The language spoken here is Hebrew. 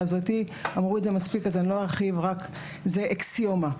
אמרו זאת מספיק אז לא ארחיב אבל זו האקסיומה.